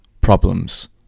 problems